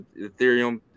Ethereum